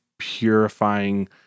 purifying